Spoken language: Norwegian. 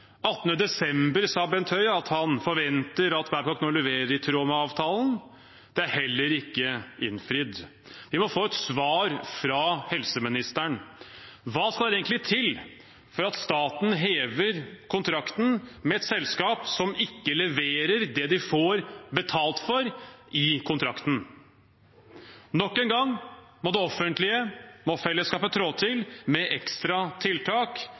desember sa Bent Høie at han forventet at Babcock leverte i tråd med avtalen. Det er heller ikke innfridd. Vi må få et svar fra helseministeren: Hva skal egentlig til for at staten hever kontrakten med et selskap som ikke leverer det de får betalt for i kontrakten? Nok en gang må det offentlige, fellesskapet, trå til med ekstra tiltak